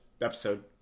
episode